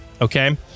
Okay